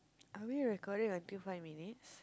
are we recording until five minutes